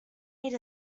eat